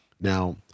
Now